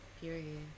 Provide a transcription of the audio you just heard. Period